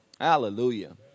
Hallelujah